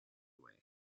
way